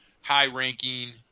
high-ranking